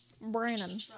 Brandon